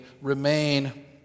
remain